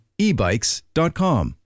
ebikes.com